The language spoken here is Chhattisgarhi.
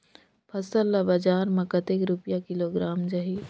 फसल ला बजार मां कतेक रुपिया किलोग्राम जाही?